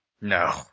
No